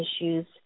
issues